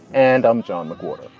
and i'm john mcwhorter.